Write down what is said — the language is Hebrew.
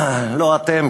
לא אתם,